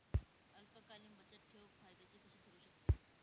अल्पकालीन बचतठेव फायद्याची कशी ठरु शकते?